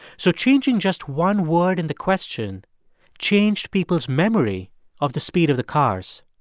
so changing just one word in the question changed people's memory of the speed of the cars.